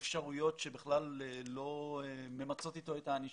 אפשרויות שבכלל לא ממצות אתו את הענישה,